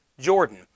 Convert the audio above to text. Jordan